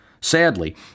Sadly